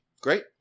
Great